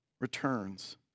returns